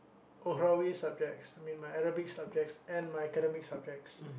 overall we subjects I mean my Arabic subjects and by academic subjects